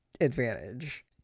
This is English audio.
advantage